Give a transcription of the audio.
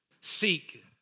seek